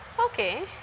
okay